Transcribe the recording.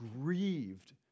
grieved